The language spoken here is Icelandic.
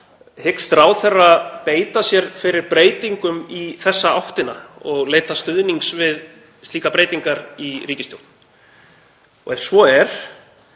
hyggst ráðherra beita sér fyrir breytingum í þessa áttina og leita stuðnings við slíkar breytingar í ríkisstjórn? Ef svo er,